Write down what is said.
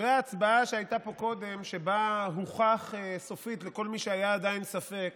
אחרי ההצבעה שהייתה פה קודם הוכח סופית לכל מי שעדיין היה לו ספק